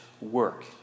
work